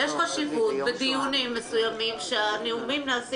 יש חשיבות בדיונים מסוימים שהנאומים נעשים